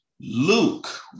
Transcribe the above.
Luke